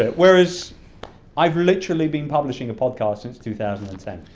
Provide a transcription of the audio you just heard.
ah whereas i've literally been publishing a podcast since two thousand and ten.